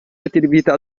attività